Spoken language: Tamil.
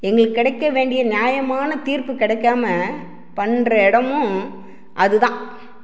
எங்களுக்கு கிடைக்க வேண்டிய ஞாயமான தீர்ப்பு கிடைக்காம பண்ணுற இடமும் அது தான்